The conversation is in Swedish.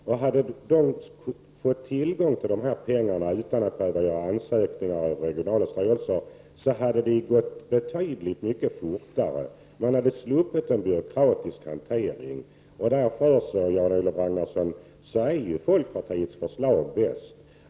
Om man fått tillgång till de här pengarna utan att behöva göra ansökningar hos regionala styrelser skulle arbetet gått betydligt snabbare och man hade sluppit en byråkratisk hantering. Det är därför, Jan-Olof Ragnarsson, som folkpartiets förslag är bäst.